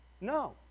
No